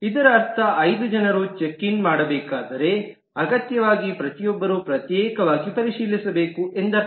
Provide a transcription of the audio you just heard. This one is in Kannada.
ಇದರರ್ಥ 5 ಜನರು ಚೆಕ್ ಇನ್ ಮಾಡಬೇಕಾದರೆ ಅಗತ್ಯವಾಗಿ ಪ್ರತಿಯೊಬ್ಬರೂ ಪ್ರತ್ಯೇಕವಾಗಿ ಪರಿಶೀಲಿಸಬೇಕು ಎಂದರ್ಥ